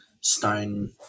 stone